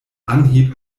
anhieb